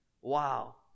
Wow